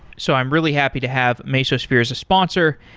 so i'm really happy to have mesosphere as a sponsor,